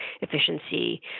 efficiency